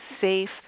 safe